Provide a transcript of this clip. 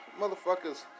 Motherfuckers